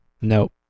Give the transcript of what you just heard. Nope